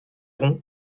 rond